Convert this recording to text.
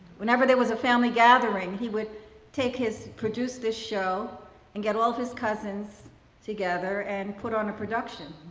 whenever there was a family gathering he would take his produce this show and get all of his cousins together and put on a production